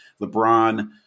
LeBron